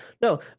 no